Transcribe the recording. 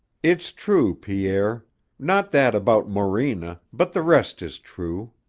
it's true, pierre not that about morena, but the rest is true.